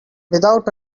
without